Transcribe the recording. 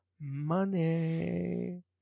money